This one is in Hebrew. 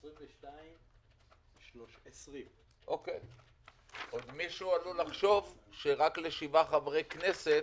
בשעה 22:20. עוד מישהו עלול לחשוב שרק לשבעה חברי כנסת